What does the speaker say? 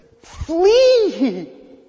flee